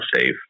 safe